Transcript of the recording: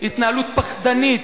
התנהלות פחדנית,